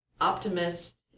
optimist